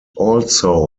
also